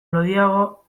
lodiago